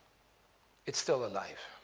it's still alive.